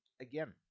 again